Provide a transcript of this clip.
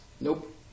Nope